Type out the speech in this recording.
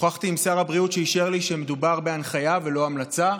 שוחחתי עם שר הבריאות והוא אישר לי שמדובר בהנחיה ולא המלצה.